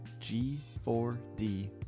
G4D